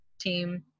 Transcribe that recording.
team